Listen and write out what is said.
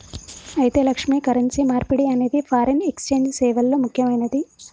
అయితే లక్ష్మి, కరెన్సీ మార్పిడి అనేది ఫారిన్ ఎక్సెంజ్ సేవల్లో ముక్యమైనది